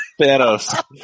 Thanos